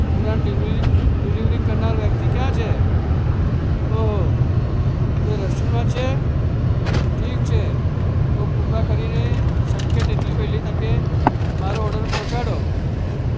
ઉપરાંત delivery delivery કરનાર વ્યક્તિ ક્યા છે ઓહો તે રેસ્ટોરન્ટમાં છે ઠીક છે તો કૃપા કરીને શક્ય તેટલી વહેલી તકે મારો ઓર્ડર પહોંચાડો